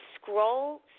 Scroll